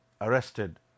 Arrested